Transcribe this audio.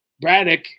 braddock